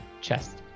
chest